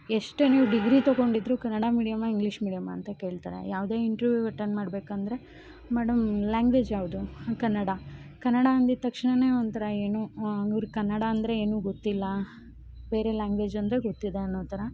ಎಷ್ಟೇ ನೀವು ಡಿಗ್ರೀ ತಗೊಂಡು ಇದ್ರು ಕನ್ನಡ ಮೀಡಿಯಮ್ಮಾ ಇಂಗ್ಲೀಷ್ ಮೀಡಿಯಮ್ಮಾ ಅಂತ ಕೇಳ್ತಾರೆ ಯಾವುದೇ ಇಂಟ್ರೀವಿವ್ ಅಟೆಂಡ್ ಮಾಡಬೇಕಂದ್ರೆ ಮೇಡಮ್ ನಿಮ್ಮ ಲ್ಯಾಂಗ್ವೇಜ್ ಯಾವುದು ಕನ್ನಡ ಕನ್ನಡ ಅಂದಿದ್ದು ತಕ್ಷಣ ಒಂಥರ ಏನೋ ಇವ್ರಿಗೆ ಕನ್ನಡ ಅಂದರೆ ಏನು ಗೊತ್ತಿಲ್ಲ ಬೇರೆ ಲ್ಯಾಂಗ್ವೇಜ್ ಅಂದರೆ ಗೊತ್ತಿದೆ ಅನ್ನೋ ಥರ